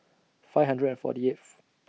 five hundred and forty eighth